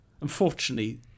Unfortunately